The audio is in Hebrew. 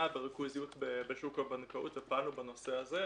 בריכוזיות בשוק הבנקאות ופעלנו בנושא הזה.